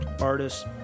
artists